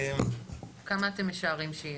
כמה אתם משערים שיהיה?